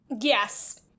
Yes